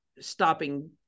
stopping